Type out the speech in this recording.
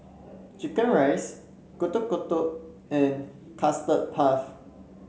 chicken rice Getuk Getuk and Custard Puff